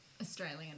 Australian